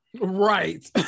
right